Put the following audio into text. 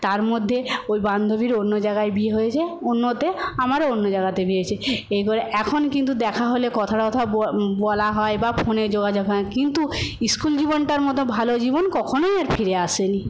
তার মধ্যে ওই বান্ধবীর অন্য জায়গায় বিয়ে হয়ে যায় অন্যতে আমারও অন্য জায়গাতে বিয়ে হয়েছে এই করে এখন কিন্তু দেখা হলে কথা টথা ব বলা হয় বা ফোনে যোগাযোগ হয় কিন্তু স্কুল জীবনটার মতো ভালো জীবন কখনই আর ফিরে আসে নি